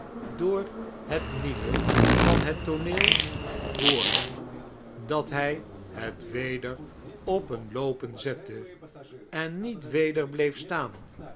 door het nieuwe van net tooneel in londen en paeijs voor hem dat hy het weder op een loopen zette en niet weder bleef staan